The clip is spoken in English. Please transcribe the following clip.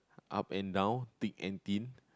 up and down thick and thin